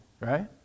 right